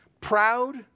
proud